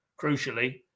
crucially